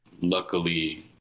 luckily